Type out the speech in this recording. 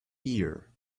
year